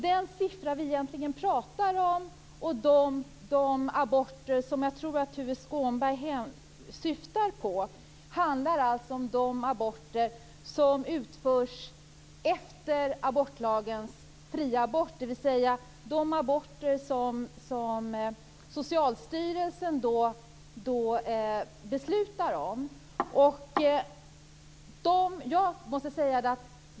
Den siffra vi egentligen pratar om och de aborter som jag tror Tuve Skånberg syftar på är alltså de aborter som utförs efter abortlagens gräns för fria aborter, dvs. de aborter som Socialstyrelsen beslutar om.